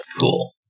Cool